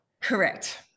Correct